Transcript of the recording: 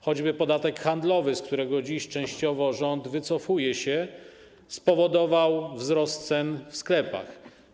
Choćby podatek handlowy, z którego dziś częściowo rząd się wycofuje, spowodował wzrost cen w sklepach.